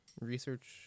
research